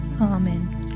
Amen